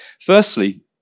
Firstly